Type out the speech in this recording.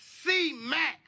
C-Mac